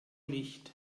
nicht